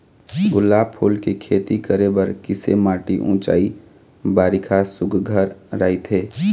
गुलाब फूल के खेती करे बर किसे माटी ऊंचाई बारिखा सुघ्घर राइथे?